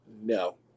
No